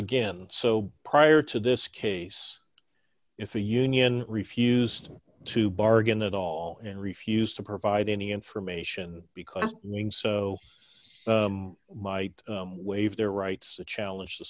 again so prior to this case if the union refused to bargain at all and refused to provide any information because in so might waive their rights to challenge the